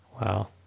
Wow